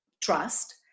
trust